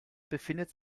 befindet